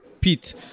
pete